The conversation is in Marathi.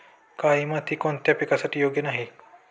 काळी माती कोणत्या पिकासाठी योग्य नाही?